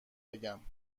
بگم